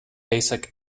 basic